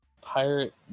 Pirate